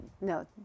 no